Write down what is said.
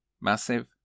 massive